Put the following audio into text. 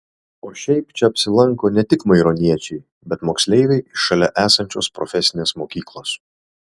o šiaip čia apsilanko ne tik maironiečiai bet moksleiviai iš šalia esančios profesinės mokyklos